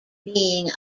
being